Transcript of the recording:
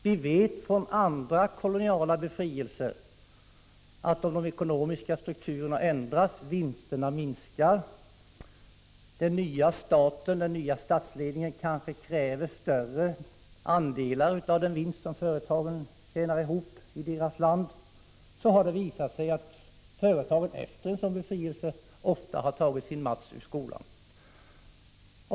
Vid andra koloniala befrielser har det visat sig att om de ekonomiska strukturerna ändras och vinsterna minskar — den nya statsledningen kanske kräver större andelar av den vinst som företagen tjänar ihop i deras land — har företagen ofta tagit sin Mats ur skolan.